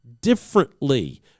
differently